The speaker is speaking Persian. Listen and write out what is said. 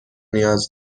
نیاز